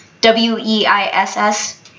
W-E-I-S-S